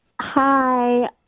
Hi